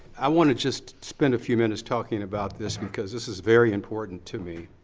i wanna just spend a few minutes talking about this, because this is very important to me.